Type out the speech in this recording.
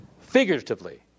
Figuratively